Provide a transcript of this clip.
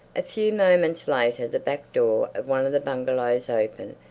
a few moments later the back door of one of the bungalows opened,